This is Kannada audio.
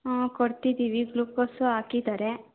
ಹಾಂ ಕೊಡ್ತಿದ್ದೀವಿ ಗ್ಲುಕೋಸೂ ಹಾಕಿದ್ದಾರೆ